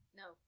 no